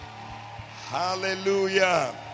Hallelujah